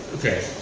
okay.